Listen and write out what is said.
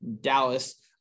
dallas